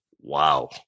wow